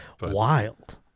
Wild